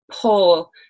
pull